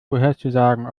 vorherzusagen